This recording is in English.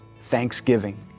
Thanksgiving